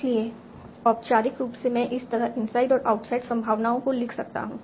इसलिए औपचारिक रूप से मैं इस तरह इनसाइड और आउटसाइड संभावनाओं को लिख सकता हूं